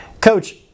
Coach